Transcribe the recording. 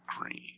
green